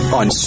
on